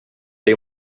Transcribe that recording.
dei